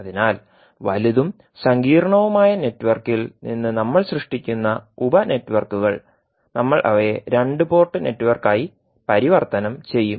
അതിനാൽ വലുതും സങ്കീർണ്ണവുമായ നെറ്റ്വർക്കിൽ നിന്ന് നമ്മൾ സൃഷ്ടിക്കുന്ന ഉപ നെറ്റ്വർക്കുകൾ നമ്മൾ അവയെ രണ്ട് പോർട്ട് നെറ്റ്വർക്കായി പരിവർത്തനം ചെയ്യും